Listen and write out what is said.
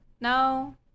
No